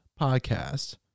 podcast